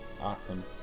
Awesome